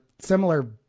similar